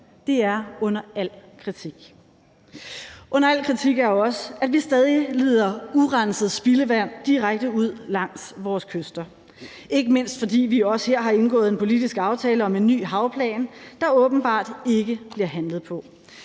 Det er under al kritik. Under al kritik er også, at vi stadig leder urenset spildevand direkte ud langs vores kyster, ikke mindst fordi vi også her har indgået en politisk aftale om en ny havplan, der åbenbart ikke bliver handlet på.